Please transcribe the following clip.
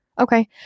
okay